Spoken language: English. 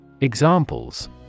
Examples